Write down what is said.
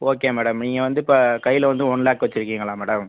okay madam நீங்கள் வந்து இப்போ கையில வந்து ஒன் லேக் வச்சிருக்கீங்களா மேடம்